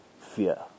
fear